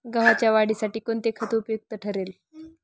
गव्हाच्या वाढीसाठी कोणते खत उपयुक्त ठरेल?